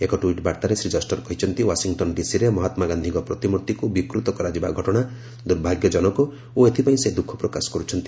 ଏକ ଟ୍ୱିଟ୍ ବାର୍ତ୍ତାରେ ଶ୍ରୀ ଜଷ୍ଟର କହିଛନ୍ତି ୱାଶିଂଟନ୍ ଡିସିରେ ମହାତ୍ମା ଗାନ୍ଧୀଙ୍କ ପ୍ରତିମୂର୍ତ୍ତିକୁ ବିକୃତ କରାଯିବା ଘଟଣା ଦୁର୍ଭାଗ୍ୟଜନକ ଓ ଏଥିପାଇଁ ସେ ଦୁଃଖ ପ୍ରକାଶ କରୁଛନ୍ତି